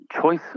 choice